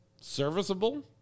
serviceable